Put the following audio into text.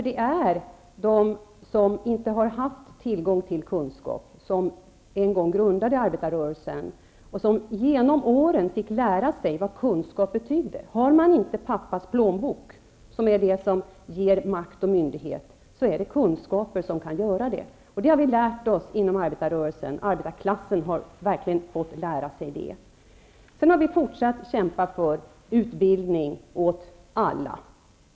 Det var de som inte hade haft tillgång till kunskap som en gång grundade arbetarrörelsen, och de fick genom åren lära sig vad kunskap betyder. Har man inte tillgång till pappas plånbok för att få makt och myndighet, får man skaffa sig kunskaper. Det har vi lärt oss inom arbetarrörelsen. Det är något som arbetarklassen verkligen har fått lära sig. Sedan har vi fortsatt att kämpa för utbildning åt alla.